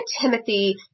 Timothy